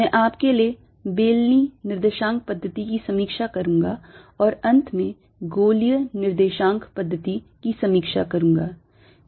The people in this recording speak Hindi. मैं आपके लिए कार्तीय निर्देशांक पद्धति की समीक्षा करुंगा मैं आपके लिए बेलनी निर्देशांक पद्धति की समीक्षा करुंगा और अंत में गोलीय निर्देशांक पद्धति की समीक्षा करुंगा